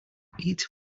eat